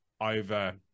over